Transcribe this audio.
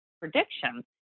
prediction